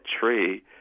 tree